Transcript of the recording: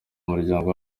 muryango